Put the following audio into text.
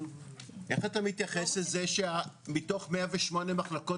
איך אתה מתייחס לזה שמתוך 108 מחלקות